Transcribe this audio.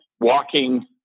walking